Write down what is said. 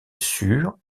sur